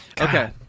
okay